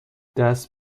دست